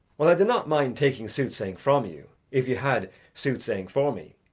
well, i do not mind taking soothsaying from you, if you had soothsaying for me,